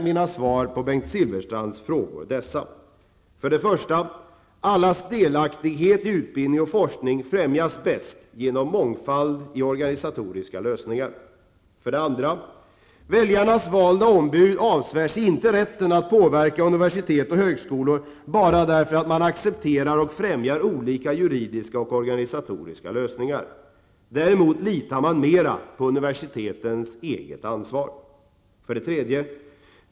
4. På vilket sätt skulle lärarnas och forskarnas självständighet och möjlighet till kritiskt tänkande stärkas genom den modell som regeringen förordar? 5.